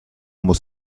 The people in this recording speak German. muss